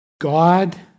God